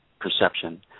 perception